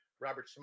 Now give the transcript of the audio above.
robert